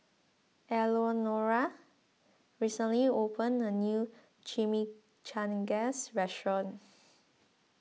Eleonora recently opened a new Chimichangas restaurant